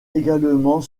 également